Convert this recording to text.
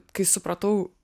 kai supratau